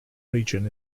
region